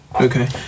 Okay